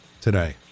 today